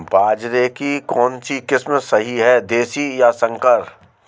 बाजरे की कौनसी किस्म सही हैं देशी या संकर?